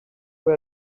who